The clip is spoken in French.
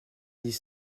dix